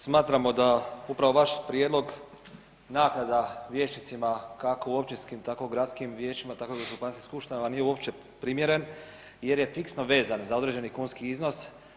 Smatramo da upravo vaš prijedlog naknada vijećnicima kako u općinskim, tako gradskim vijećima, tako županijskim skupštinama nije uopće primjeren jer je fiksno vezan za određen kunski iznos.